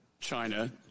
China